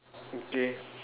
okay